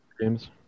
games